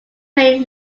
main